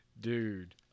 Dude